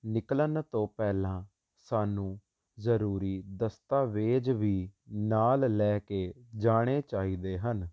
ਨਿਕਲਣ ਤੋਂ ਪਹਿਲਾਂ ਸਾਨੂੰ ਜਰੂਰੀ ਦਸਤਾਵੇਜ ਵੀ ਨਾਲ ਲੈ ਕੇ ਜਾਣੇ ਚਾਹੀਦੇ ਹਨ